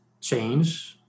change